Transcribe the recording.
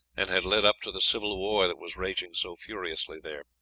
and had led up to the civil war that was raging so furiously there.